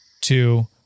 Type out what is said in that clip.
Two